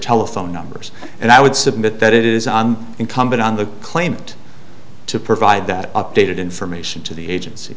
telephone numbers and i would submit that it is on incumbent on the claimant to provide that updated information to the agency